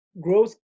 growth